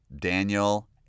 Daniel